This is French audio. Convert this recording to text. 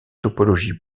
topologie